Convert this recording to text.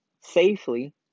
safely